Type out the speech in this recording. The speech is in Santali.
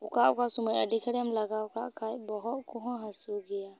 ᱚᱠᱟ ᱚᱠᱟ ᱥᱚᱢᱚᱭ ᱟᱹᱰᱤ ᱜᱷᱟᱹᱲᱤᱡ ᱮᱢ ᱞᱟᱜᱟᱣ ᱠᱟᱜ ᱠᱷᱟᱱ ᱵᱚᱦᱚᱜ ᱦᱚ ᱦᱟᱹᱥᱩ ᱜᱮᱭᱟ